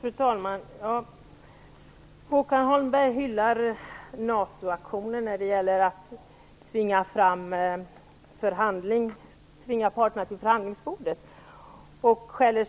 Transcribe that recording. Fru talman! Håkan Holmberg hyllar NATO aktionen när det gäller att tvinga parterna till förhandlingsbordet. Samtidigt skäller